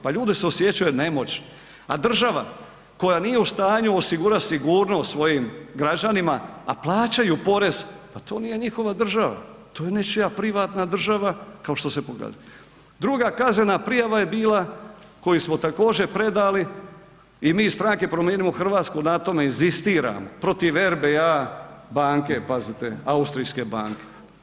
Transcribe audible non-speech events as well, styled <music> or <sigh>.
Pa ljudi se osjećaju nemoćni a država koja nije u stanju osigurat sigurnost svojim građanima, a plaćaju porez, pa to nije njihova država, to je nečija privatna država kao što se ... <unintelligible> Druga kaznena prijava je bila koju smo također predali i mi iz strane Promijenimo Hrvatsku na tome inzistiramo, protiv RBA banke, pazite austrijske banke.